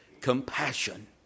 compassion